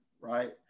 right